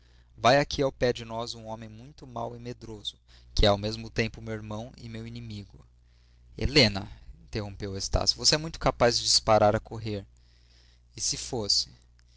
vai aqui ao pé de nós um homem muito mau e medroso que é ao mesmo tempo meu irmão e meu inimigo helena interrompeu estácio você é muito capaz de disparar a correr e se fosse